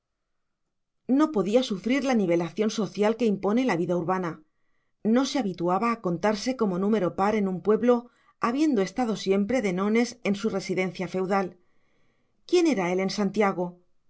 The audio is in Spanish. no podía sufrir la nivelación social que impone la vida urbana no se habituaba a contarse como número par en un pueblo habiendo estado siempre de nones en su residencia feudal quién era él en santiago don